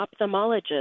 ophthalmologist